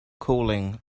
cooling